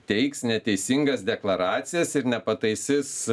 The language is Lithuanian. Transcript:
teiks neteisingas deklaracijas ir nepataisys